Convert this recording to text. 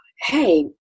Hey